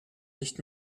nicht